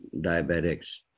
diabetics